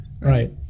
Right